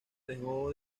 dejó